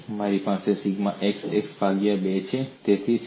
અહીં મારી પાસે સિગ્મા xx ભાગ્યા 2 છે